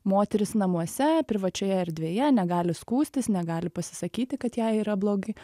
moteris namuose privačioje erdvėje negali skųstis negali pasisakyti kad kai yra blogai